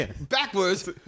Backwards